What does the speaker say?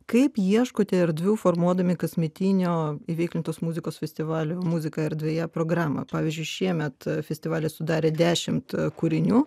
kaip ieškote erdvių formuodami kasmetinio įveiklintos muzikos festivalio muzika erdvėje programą pavyzdžiui šiemet festivalį sudarė dešimt kūrinių